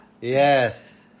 Yes